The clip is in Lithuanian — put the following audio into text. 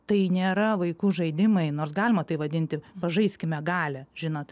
tai nėra vaikų žaidimai nors galima tai vadinti pažaiskime galią žinot